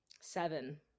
seven